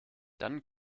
dann